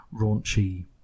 raunchy